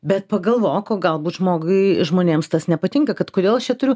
bet pagalvok o galbūt žmogui žmonėms tas nepatinka kad kodėl aš čiae turiu